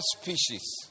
species